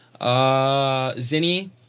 Zinni